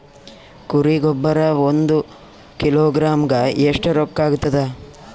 ಕುರಿ ಗೊಬ್ಬರ ಒಂದು ಕಿಲೋಗ್ರಾಂ ಗ ಎಷ್ಟ ರೂಕ್ಕಾಗ್ತದ?